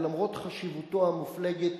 ולמרות חשיבותו המופלגת,